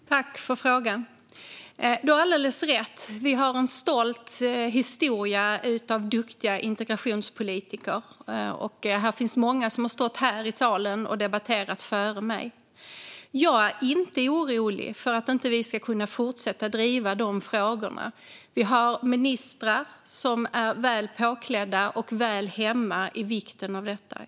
Fru talman! Jag tackar för frågan. Teresa Carvalho har alldeles rätt i att vi har en stolt historia av duktiga integrationspolitiker. Det finns många som har stått här i salen och debatterat före mig. Jag är inte orolig för att vi inte ska kunna fortsätta att driva dessa frågor. Vi har ministrar som har ordentligt på fötterna och som är hemmastadda när det gäller vikten av detta.